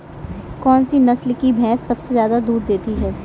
कौन सी नस्ल की भैंस सबसे ज्यादा दूध देती है?